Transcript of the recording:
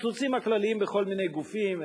הקיצוצים הכלליים בכל מיני גופים,